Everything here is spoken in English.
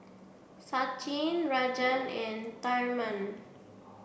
Sachin Rajan and Tharman